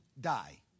die